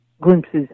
glimpses